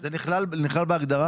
זה נכלל בהגדרה?